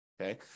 Okay